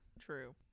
true